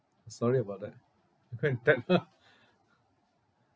sorry about that I go and tap